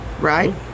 Right